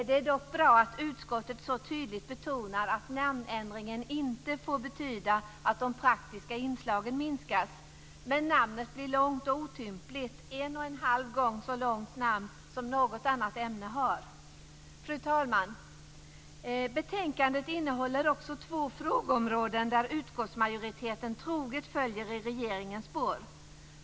Det är dock bra att utskottet så tydligt betonar att namnändringen inte får betyda att de praktiska inslagen minskas. Men namnet blir långt och otympligt, en och en halv gång så långt som något annat ämnesnamn. Fru talman! Betänkandet innehåller också två frågeområden där utskottsmajoriteten troget följer i regeringens spår.